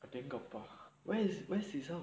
very expensive sia